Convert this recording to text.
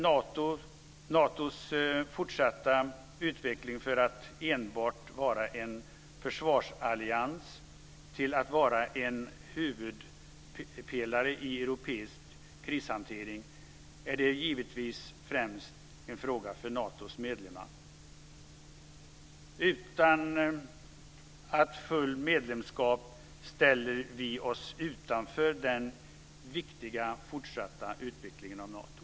Natos fortsatta utveckling från att enbart vara en försvarsallians till att vara en huvudpelare i europeisk krishantering är givetvis främst en fråga för Natos medlemmar. Utan ett fullt medlemskap ställer vi oss utanför den viktiga fortsatta utvecklingen av Nato.